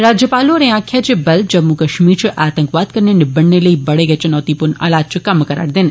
राज्यपाल होरें आक्खेआ जे बल जम्मू कश्मीर च आतंकवाद कन्नै निबड़ने लेई बड़े गै चुनौतीपूर्ण हालात च कम्म करा'रदी ऐ